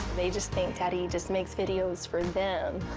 they just think daddy just makes videos for them.